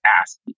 ask